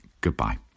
Goodbye